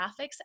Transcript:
graphics